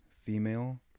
female